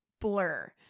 blur